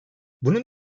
bunun